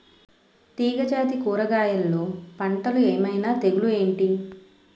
తీగ జాతి కూరగయల్లో పంటలు ఏమైన తెగులు ఏంటి?